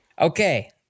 Okay